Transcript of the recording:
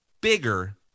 bigger